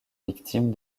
victimes